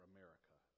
America